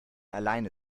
alleine